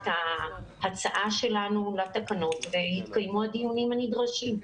ההצעה שלנו לתקנות ויתקיימו הדיונים הנדרשים.